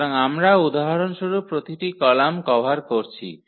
সুতরাং আমরা উদাহরণস্বরূপ প্রতিটি কলাম কভার করছি